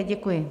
Děkuji.